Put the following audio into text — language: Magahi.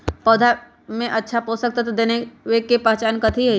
पौधा में अच्छा पोषक तत्व देवे के पहचान कथी हई?